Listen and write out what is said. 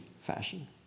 fashion